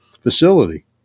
facility